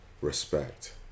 respect